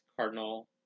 Cardinal